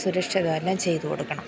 സുരക്ഷിതം എല്ലാം ചെയ്തു കൊടുക്കണം